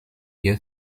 wir